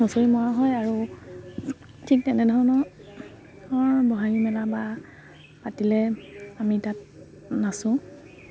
হুঁচৰি মৰা হয় আৰু ঠিক তেনেধৰণৰ বহাগী মেলা বা পাতিলে আমি তাত নাচোঁ